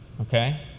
okay